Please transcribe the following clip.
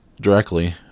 directly